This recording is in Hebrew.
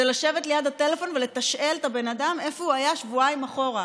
זה לשבת ליד הטלפון ולתשאל את הבן אדם איפה הוא היה שבועיים אחורה.